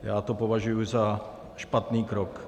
Já to považuji za špatný krok.